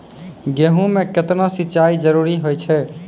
गेहूँ म केतना सिंचाई जरूरी होय छै?